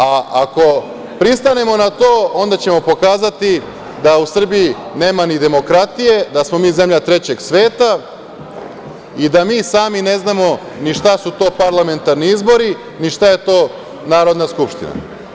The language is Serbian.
A, ako pristanemo na to, onda ćemo pokazati da u Srbiji nema ni demokratije, da smo mi zemlja trećeg sveta i da mi sami ne znamo ni šta su to parlamentarni izbori, ni šta je to Narodna skupština.